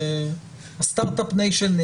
שלא